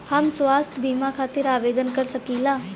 हम स्वास्थ्य बीमा खातिर आवेदन कर सकीला?